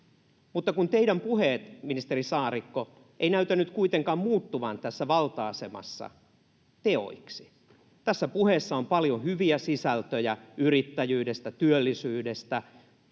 mutta teidän puheenne, ministeri Saarikko, eivät näytä nyt kuitenkaan muuttuvan tässä valta-asemassa teoiksi. Tässä puheessa on paljon hyviä sisältöjä yrittäjyydestä, työllisyydestä,